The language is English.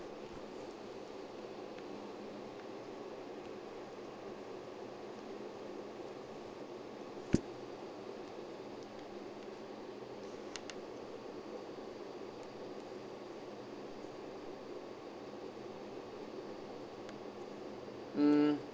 mm